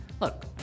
Look